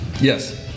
yes